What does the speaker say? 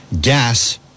gas